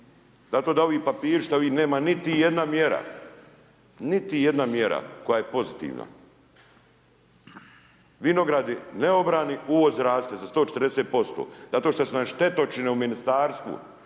nema niti jedna mjera, niti jedna mjera koja je pozitivna. Vinogradi neobrani uvoz raste za 140% zato što su nam štetočine u ministarstvu